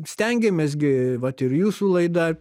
stengiamės gi vat ir jūsų laida